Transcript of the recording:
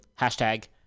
Hashtag